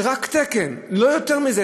זה רק תקן, לא יותר מזה.